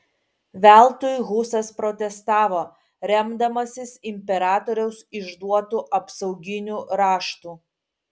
veltui husas protestavo remdamasis imperatoriaus išduotu apsauginiu raštu